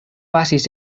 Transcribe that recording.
pasis